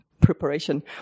preparation